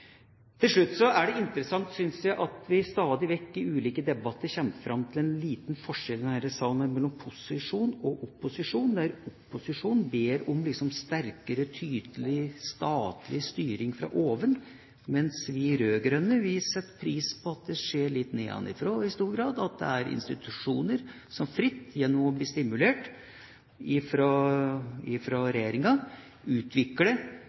Til slutt er det interessant, syns jeg, at vi stadig vekk i ulike debatter kommer fram til en liten forskjell her i salen mellom posisjon og opposisjon, der opposisjonen ber om sterkere tydelig statlig styring fra oven, mens vi rød-grønne i stor grad setter pris på at det skjer litt nedenfra – at det er institusjoner som fritt, gjennom å bli stimulert